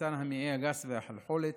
סרטן המעי הגס והחלחולת,